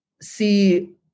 see